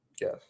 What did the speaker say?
Yes